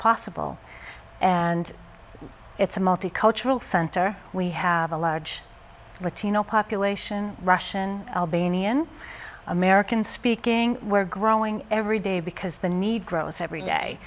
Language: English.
possible and it's a multicultural center we have a large latino population russian albanian american speaking we're growing every day because the need grows every day